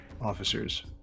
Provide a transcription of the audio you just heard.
officers